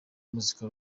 muzika